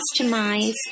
customized